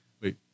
wait